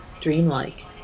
dreamlike